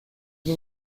die